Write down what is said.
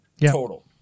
total